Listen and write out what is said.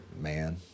man